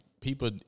people